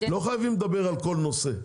לא חייבים לדבר בכל נושא.